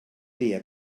dia